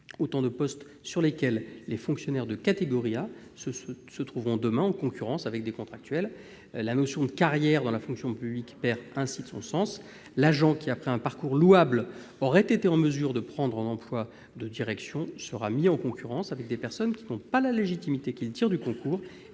Autant de postes sur lesquels les fonctionnaires de catégorie A se trouveront demain en concurrence avec des contractuels. La notion de carrière dans la fonction publique perd ainsi de son sens. L'agent qui, après un parcours louable, aurait été en mesure de prendre un emploi de direction sera mis en concurrence avec des personnes n'ayant aucunement la légitimité qu'il tire du concours